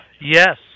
Yes